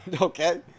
Okay